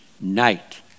night